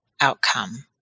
outcome